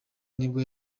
nibwo